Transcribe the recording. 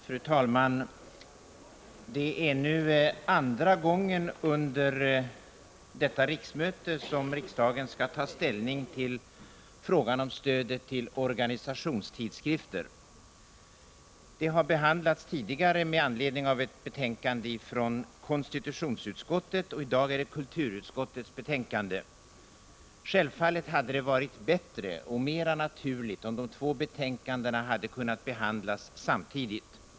Fru talman! Det är nu andra gången under detta riksmöte som riksdagen skall ta ställning till frågan om stödet till organisationstidskrifter. Det har behandlats tidigare med anledning av ett betänkande från konstitutionsutskottet, och i dag gäller det kulturutskottets betänkande. Självfallet hade det varit bättre och mera naturligt om de två betänkandena hade kunnat behandlas samtidigt.